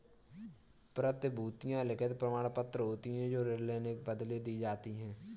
प्रतिभूतियां लिखित प्रमाणपत्र होती हैं जो ऋण लेने के बदले दी जाती है